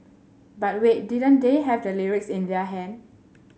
but wait didn't they have the lyrics in their hand